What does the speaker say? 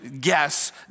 guess